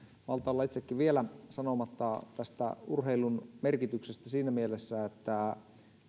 olla itsekin vielä sanomatta tästä urheilun merkityksestä siinä mielessä että